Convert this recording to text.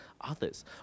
others